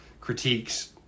critiques